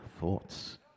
Thoughts